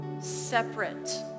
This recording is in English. separate